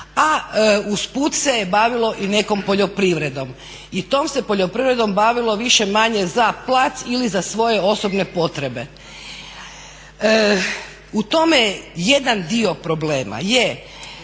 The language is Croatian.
a usput se bavilo i nekom poljoprivredom i tom se poljoprivredom bavilo više-manje za plac ili za svoje osobne potrebe. U tome je jedan dio problema.